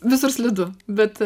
visur slidu bet